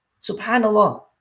Subhanallah